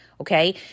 okay